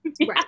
right